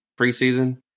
preseason